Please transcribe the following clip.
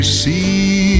see